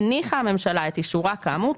הניחה הממשלה את אישורה כאמור,